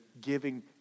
giving